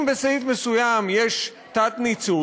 אם בסעיף מסוים יש תת-ניצול,